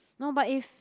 no but if